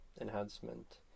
enhancement